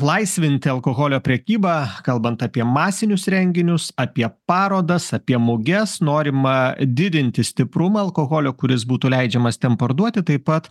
laisvinti alkoholio prekybą kalbant apie masinius renginius apie parodas apie muges norima didinti stiprumą alkoholio kuris būtų leidžiamas ten parduoti taip pat